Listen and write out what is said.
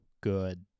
good